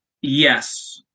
yes